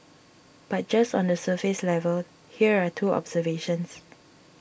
but just on the surface level here are two observations